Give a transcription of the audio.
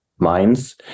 minds